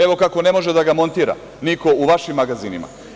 Evo kako ne može da ga montira niko u vašim magazinima.